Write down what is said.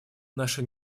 нашей